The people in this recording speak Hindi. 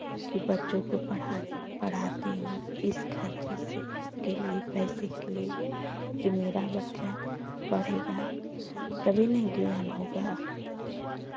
कि बच्चों को पढ़ा पढ़ाती हूँ इस खर्चे से के लिए पैसे के लिए कि मेरा बच्चा पढ़ेगा तभी ना ज्ञान होगा